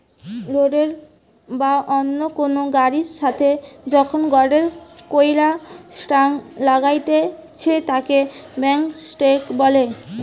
রোডের বা অন্য কুনু গাড়ির সাথে যখন গটে কইরা টাং লাগাইতেছে তাকে বাল্ক টেংক বলে